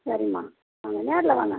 சரிம்மா வாங்க நேர்ல வாங்க